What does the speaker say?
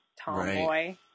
tomboy